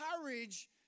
courage